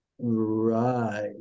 Right